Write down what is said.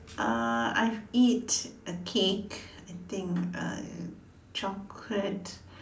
uh I've eat a cake I think uh chocolate